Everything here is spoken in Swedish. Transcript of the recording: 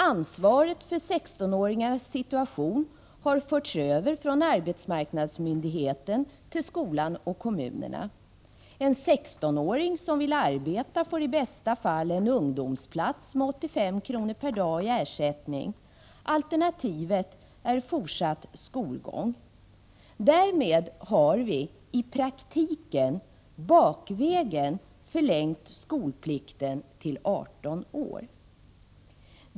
Ansvaret för 16 åringarnas situation har förts över från arbetsmarknadsmyndigheten till skolan och kommunerna. En 16-åring som vill arbeta får i bästa fall en ungdomsplats med 85 kr. per dag i ersättning. Alternativet är fortsatt skolgång. Därmed har vi i praktiken bakvägen förlängt skolplikten till 18 år.